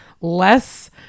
less